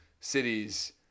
cities